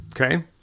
Okay